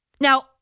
Now